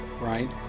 right